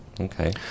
Okay